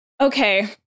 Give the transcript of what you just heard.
Okay